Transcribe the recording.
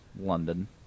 London